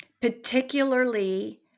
particularly